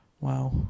Wow